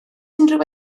unrhyw